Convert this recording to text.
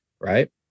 right